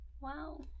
Wow